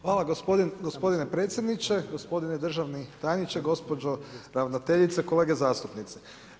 Hvala gospodine predsjedniče, gospodine državni tajniče, gospođo ravnateljice, kolege zastupnici.